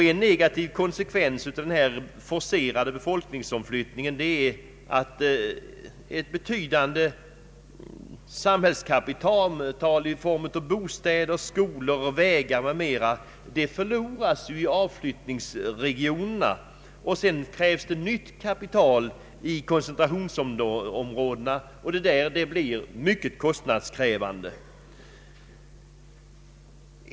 En negativ konsekvens av den forcerade befolkningsomflyttningen är att ett betydande samhällskapital i form av bostäder, skolor, vägar m.m. förloras i avflyttningsregionerna. Sedan krävs det också nytt kapital i koncentrationsområdena, vilket allt blir mycket kostnadskrävande.